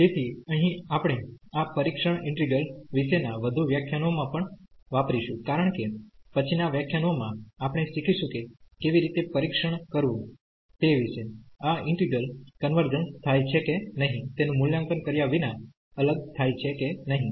તેથી અહીં આપણે આ પરીક્ષણ ઈન્ટિગ્રલ વિશેના વધુ વ્યાખ્યાનોમાં પણ વાપરીશું કારણ કે પછીના વ્યાખ્યાનોમાં આપણે શીખીશું કે કેવી રીતે પરીક્ષણ કરવું તે વિશે આ ઈન્ટિગ્રલ કન્વર્જન્સ થાય છે કે નહીં તેનું મૂલ્યાંકન કર્યા વિના અલગ થાય છે કે નહિં